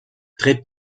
très